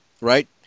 right